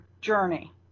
journey